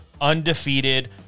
undefeated